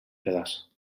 pedaç